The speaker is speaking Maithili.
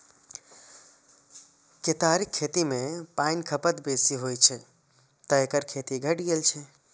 केतारीक खेती मे पानिक खपत बेसी होइ छै, तें एकर खेती घटि गेल छै